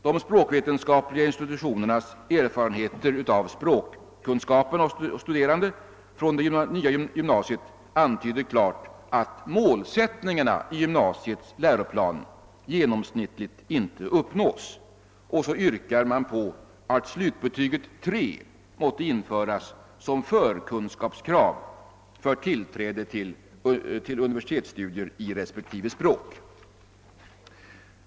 De språkvetenskapliga institutionernas erfarenheter av språkkunskapen hos studerande från det nya gymnasiet antyder klart att målsättningarna i gymnasiets läroplan genomsnittligt inte uppnås. Och så yrkas att slutbetyget 3 måtte införas som förkunskapskrav för tillträde till universitetsstudier i respektive språk.